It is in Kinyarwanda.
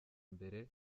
mbere